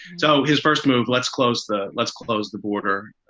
so his first move, let's close the let's close the border.